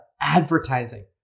advertising